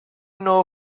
know